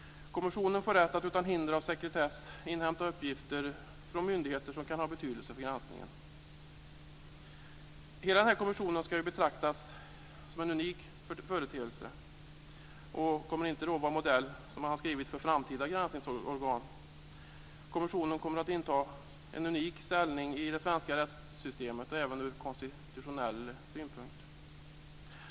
Kommissionen får rätt att utan hinder av sekretess från myndigheter inhämta uppgifter som kan ha betydelse för granskningen. Hela denna kommission ska ju betraktas som en unik företeelse och kommer inte, som man har skrivit, att vara modell för framtida granskningsorgan. Kommissionen kommer att inta en unik ställning i det svenska rättssystemet och även ur konstitutionell synpunkt.